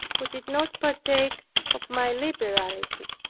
who did not partake of my liberality.